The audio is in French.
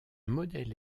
modèle